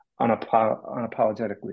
unapologetically